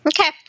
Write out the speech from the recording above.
Okay